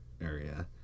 area